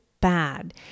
bad